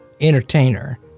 entertainer